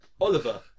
Oliver